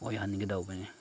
ꯑꯣꯏꯍꯟꯒꯗꯧꯕꯅꯤ